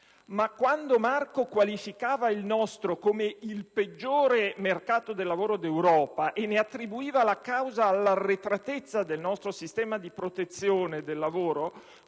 Quando però Marco qualificava il nostro come "il peggiore mercato del lavoro d'Europa", e ne attribuiva la causa all'arretratezza del nostro sistema di protezione del lavoro,